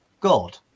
God